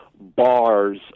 bars